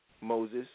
Moses